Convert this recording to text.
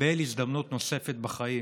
לקבל הזדמנות נוספת בחיים.